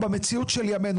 במציאות של ימינו,